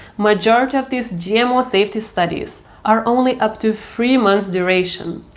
majority of these gmo safety studies are only up to three months duration.